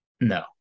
No